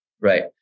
right